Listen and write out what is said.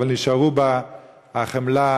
נשארו בה החמלה,